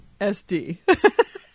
SD